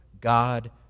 God